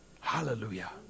Hallelujah